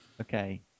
Okay